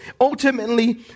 Ultimately